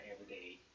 everyday